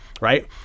right